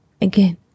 again